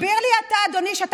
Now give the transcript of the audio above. תסביר לי אתה, אדוני.